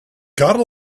got